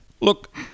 Look